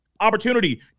opportunity